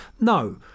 No